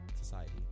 society